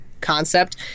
concept